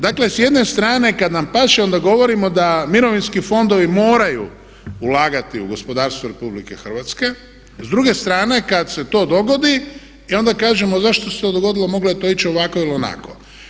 Dakle, s jedne strane kad nam paše onda govorimo da mirovinski fondovi moraju ulagati u gospodarstvo RH a s druge strane kad se to dogodi e onda kažemo zašto se to dogodilo, moglo je to ići ovako ili onako.